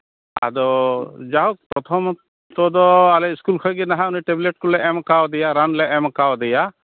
ᱟᱫᱚ ᱡᱟᱭᱦᱳᱠ ᱯᱨᱚᱛᱷᱚᱢ ᱢᱚᱛᱚ ᱫᱚ ᱟᱞᱮ ᱤᱥᱠᱩᱞ ᱠᱷᱚᱱᱜᱮ ᱱᱟᱦᱟᱜ ᱚᱱᱮ ᱴᱮᱵᱽᱞᱮᱴ ᱠᱚᱞᱮ ᱮᱢ ᱠᱟᱣᱫᱮᱭᱟ ᱨᱟᱱ ᱞᱮ ᱮᱢ ᱠᱟᱣᱫᱮᱭᱟ